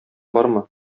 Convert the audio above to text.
бармы